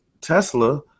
Tesla